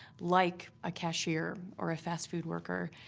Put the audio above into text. like a cashier or a fast-food worker.